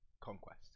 conquest